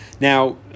Now